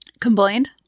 Complained